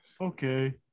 Okay